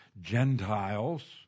Gentiles